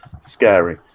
Scary